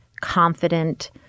confident